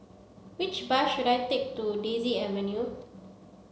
which bus should I take to Daisy Avenue